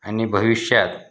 आणि भविष्यात